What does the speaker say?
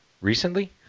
Recently